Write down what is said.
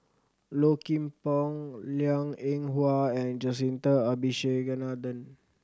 Low Kim Pong Liang Eng Hwa and Jacintha Abisheganaden